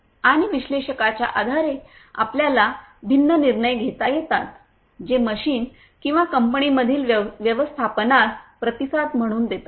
आणि विश्लेषकांच्या आधारे आपल्याला भिन्न निर्णय घेता येतात जे मशीन किंवा कंपनीमधील व्यवस्थापनास प्रतिसाद म्हणून देतात